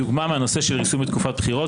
דוגמה מהריסון בתקופת בחירות,